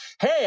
hey